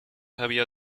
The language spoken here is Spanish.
había